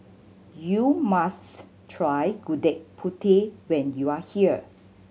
you must try Gudeg Putih when you are here